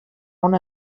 una